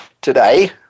today